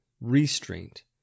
restraint